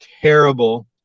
terrible